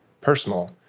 Personal